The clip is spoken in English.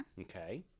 Okay